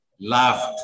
laughed